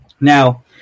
Now